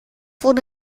wurde